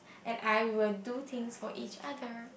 and I will do things for each other